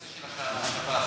שאלה שנייה, לגבי הנושא של השב"ס.